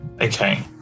Okay